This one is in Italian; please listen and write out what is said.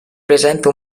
presente